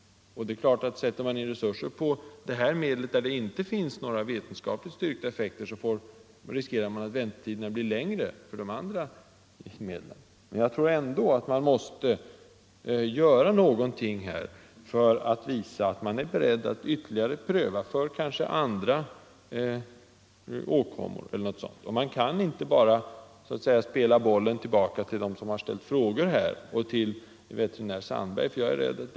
Sätter man in resurser på detta medel, som inte har några vetenskapligt styrkta effekter, riskerar man naturligtvis att väntetiderna för de andra medlen blir ännu längre. Men jag tror ändå att man måste göra någonting för att visa att man Nr 132 är beredd att ytterligare pröva medlets effekt, kanske på andra åkommor. Måndagen den Man kan inte bara spela bollen tillbaka till dem som här har ställt frågor 2 december 1974 och till veterinär Sandberg.